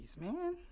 man